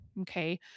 okay